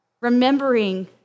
remembering